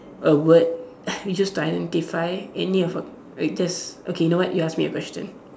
a word used to identify any of a just okay you know what you ask me a question